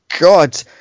God